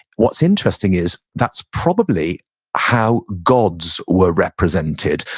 what's interesting is that's probably how gods were represented,